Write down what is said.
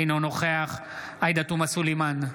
אינו נוכח עאידה תומא סלימאן,